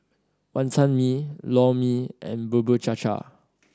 Wantan Mee Lor Mee and Bubur Cha Cha